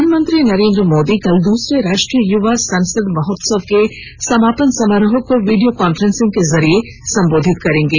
प्रधानमंत्री नरेन्द्र मोदी कल दूसरे राष्ट्रीय युवा संसद महोत्सव के समापन समारोह को वीडियो कांफ्रेंसिंग के माध्यम से संबोधित करेंगे